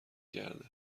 کرده